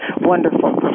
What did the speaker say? wonderful